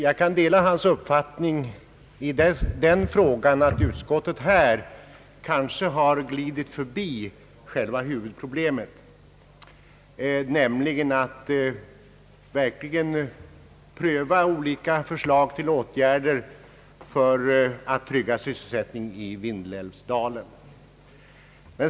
Jag kan dela hans uppfattning att utskottet här kanske har glidit förbi själva huvudproblemet, nämligen att verkligen pröva olika förslag till åtgärder för att trygga sysselsättningen i Vindelälvsdalen.